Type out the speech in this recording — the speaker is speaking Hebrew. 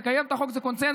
לקיים את החוק זה קונסנזוס.